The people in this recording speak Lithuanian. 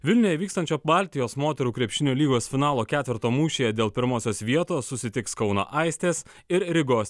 vilniuje vykstančio baltijos moterų krepšinio lygos finalo ketverto mūšyje dėl pirmosios vietos susitiks kauno aistės ir rygos